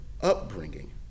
upbringing